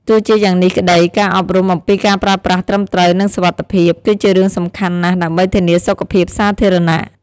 ទោះជាយ៉ាងនេះក្តី ការអប់រំអំពីការប្រើប្រាស់ត្រឹមត្រូវ និងសុវត្ថិភាព គឺជារឿងសំខាន់ណាស់ដើម្បីធានាសុខភាពសាធារណៈ។